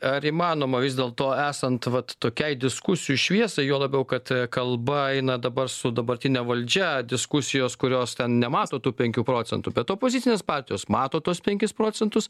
ar įmanoma vis dėlto esant vat tokiai diskusijų šviesai juo labiau kad kalba eina dabar su dabartine valdžia diskusijos kurios nemato tų penkių procentų bet opozicinės partijos mato tuos penkis procentus